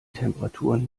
temperaturen